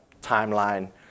timeline